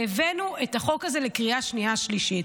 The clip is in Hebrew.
והבאנו את החוק הזה לקריאה שנייה ושלישית.